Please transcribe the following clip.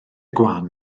gwan